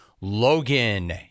Logan